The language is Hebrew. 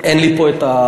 אין לי פה ההתפלגות.